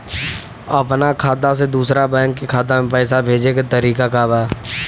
अपना खाता से दूसरा बैंक के खाता में पैसा भेजे के तरीका का बा?